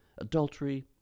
adultery